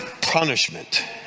Punishment